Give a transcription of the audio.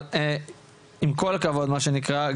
אבל עם כל הכבוד מה שנקרא,